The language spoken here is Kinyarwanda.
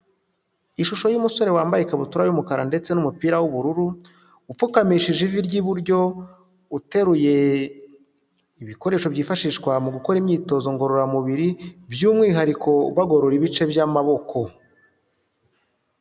Ishusho y'umusore wambaye ikabutura y'umukara ndetse n'umupira w'ubururu. Upfukamishije ivi ry'iburyo, uteruye ibikoresho byifashishwa mu gukora imyitozo ngororamubiri by'umwihariko bagorora ibice by'amaboko.